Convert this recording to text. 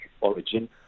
origin